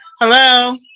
Hello